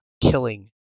killing